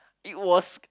it was